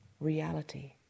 reality